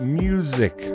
music